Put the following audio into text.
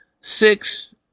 Six